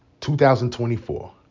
2024